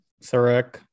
Sarek